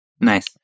Nice